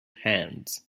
hands